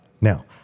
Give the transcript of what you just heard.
Now